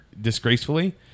disgracefully